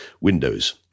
windows